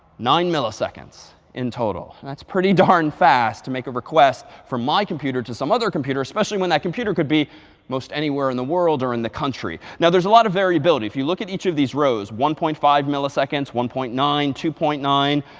nine milliseconds in total. that's pretty darn fast to make a request from my computer to some other computer, especially when that computer could be most anywhere in the world or in the country. now, there's a lot of variability. if you look at each of these rows one point five milliseconds, one point nine, two point nine,